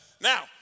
Now